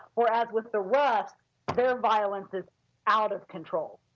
or as with the roughs their violence is out of control